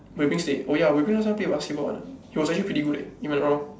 Wei-Bin stayed oh ya Wei-Bin last time play basketball one ah he was actually pretty good eh if I'm not wrong